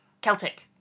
Celtic